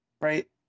Right